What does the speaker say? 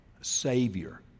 Savior